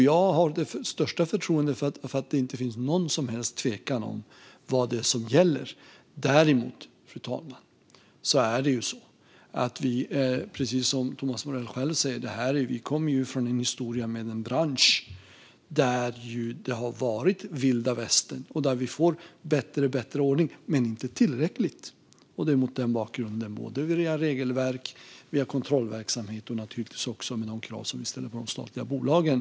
Jag har det största förtroende för att det inte råder någon som helst tvekan om vad det är som gäller. Däremot, fru talman, är det precis som Thomas Morell själv säger: Vi kommer från en historia med en bransch där det har varit vilda västern och där vi får bättre och bättre ordning, men inte tillräckligt. Det är mot den bakgrunden vi har regelverk, kontrollverksamhet och de krav som vi ställer på de statliga bolagen.